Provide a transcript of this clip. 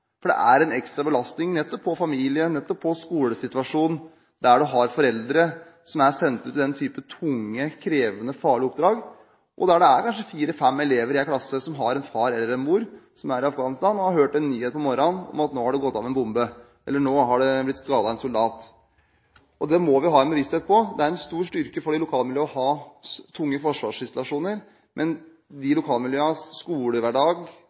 Det er en ekstra belastning nettopp på familiene – og i skolesituasjonen, der det er foreldre som er sendt ut i denne type tunge, krevende og farlige oppdrag, hvor det kanskje er fire–fem elever i en klasse som har en far eller en mor som er i Afghanistan, og man har hørt på nyhetene om morgenen at det har gått av en bombe, eller at en soldat er skadet. Det må vi ha en bevissthet rundt. Det er en stor styrke for lokalmiljøet å ha tunge forsvarsinstallasjoner, men lokalmiljøenes skolehverdag